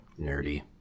nerdy